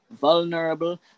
vulnerable